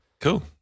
Cool